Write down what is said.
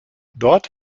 dort